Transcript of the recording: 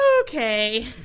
okay